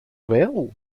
well